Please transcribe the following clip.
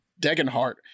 Degenhart